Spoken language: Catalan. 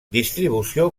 distribució